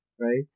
right